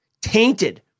tainted